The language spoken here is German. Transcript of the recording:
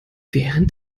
während